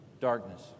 darkness